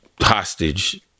hostage